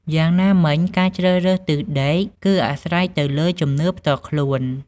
យ៉ាងណាមិញ ការជ្រើសរើសទិសដេកគឺអាស្រ័យទៅលើជំនឿផ្ទាល់ខ្លួន។